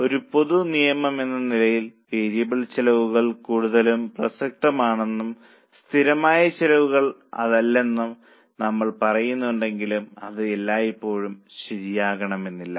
ഒരു പൊതു നിയമമെന്ന നിലയിൽ വേരിയബിൾ ചെലവുകൾ കൂടുതലും പ്രസക്തമാണെന്നും സ്ഥിരമായ ചിലവുകൾ അതല്ലെന്നും നമ്മൾ പറയുന്നുണ്ടെങ്കിലും അത് എല്ലായ്പ്പോഴും ശരിയാകണമെന്നില്ല